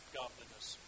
godliness